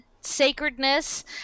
sacredness